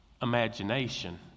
imagination